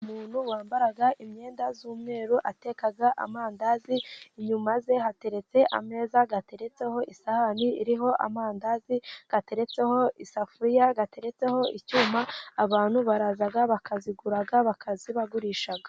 Umuntu wambara imyenda y'umweru ateka amandazi, inyuma ye hateretse ameza ateretseho isahani, iriho amandazi hateretseho isafuriya ,hateretseho icyuma, abantu baraza bakayagura bakayabagurisha.